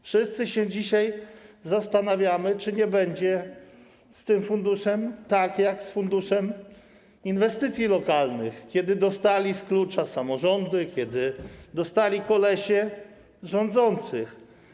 Wszyscy się dzisiaj zastanawiamy, czy nie będzie z tym funduszem tak jak z funduszem inwestycji lokalnych, kiedy z klucza dostały samorządy, kiedy dostali kolesie rządzących.